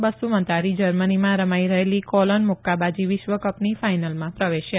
બસુમતારી જર્મનીમાં રમાઈ રહેલી કોલોન મુક્કાબાજી વિશ્વકપની ફાઈનલમાં પ્રવેશ્યા